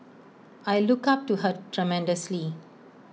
I look up to her tremendously